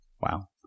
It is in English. Wow